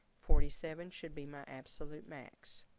forty seven should be my absolute max.